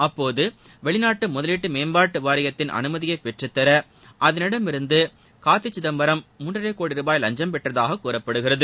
அப்போது வெளிநாட்டு முதவீட்டு மேம்பாட்டு வாரியத்தின் அனுமதியை பெற்றுத்தர அதனிடமிருந்து கார்த்தி சிதம்பரம் மூன்றரை கோடி ரூபாய் லஞ்சம் பெற்றதாகக் கூறப்படுகிறது